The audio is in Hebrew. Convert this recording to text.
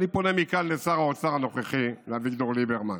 אני פונה מכאן לשר האוצר הנוכחי, לאביגדור ליברמן: